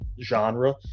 genre